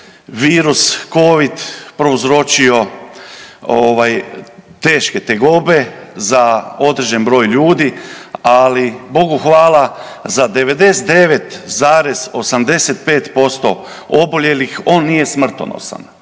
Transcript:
virus Covid prouzročio teške tegobe za određen broj ljudi, ali Bogu hvala, za 99,85% oboljelih on nije smrtonosan.